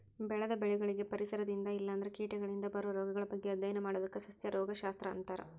ಬೆಳೆದ ಬೆಳಿಗಳಿಗೆ ಪರಿಸರದಿಂದ ಇಲ್ಲಂದ್ರ ಕೇಟಗಳಿಂದ ಬರೋ ರೋಗಗಳ ಬಗ್ಗೆ ಅಧ್ಯಯನ ಮಾಡೋದಕ್ಕ ಸಸ್ಯ ರೋಗ ಶಸ್ತ್ರ ಅಂತಾರ